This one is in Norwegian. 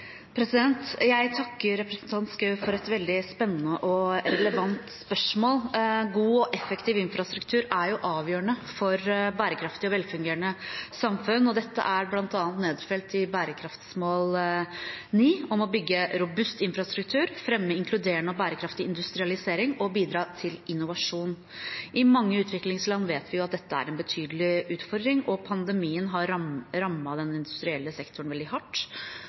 Jeg takker representanten Schou for et veldig spennende og interessant spørsmål. God og effektiv infrastruktur er avgjørende for bærekraftige og velfungerende samfunn. Dette er bl.a. nedfelt i bærekraftsmål 9, om å bygge robust infrastruktur, fremme inkluderende og bærekraftig industrialisering og bidra til innovasjon. I mange utviklingsland vet vi at dette er en betydelig utfordring. Pandemien har rammet den industrielle sektoren veldig hardt